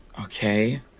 Okay